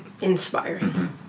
inspiring